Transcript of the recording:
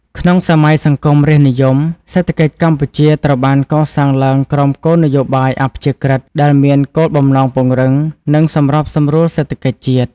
ក្នុងសម័យសង្គមរាស្ត្រនិយម សេដ្ឋកិច្ចកម្ពុជាត្រូវបានកសាងឡើងក្រោមគោលនយោបាយ អព្យាក្រឹត្យ ដែលមានគោលបំណងពង្រឹង និងសម្របសម្រួលសេដ្ឋកិច្ចជាតិ។